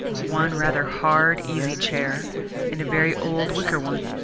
one rather hard easy-chair and a very old wicker one.